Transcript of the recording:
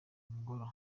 ngoro